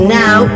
now